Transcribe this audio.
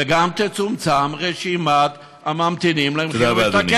וגם תצומצם רשימת הממתינים, תודה רבה, אדוני.